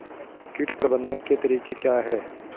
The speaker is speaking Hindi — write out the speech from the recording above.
कीट प्रबंधन के तरीके क्या हैं?